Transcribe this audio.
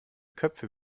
köpfe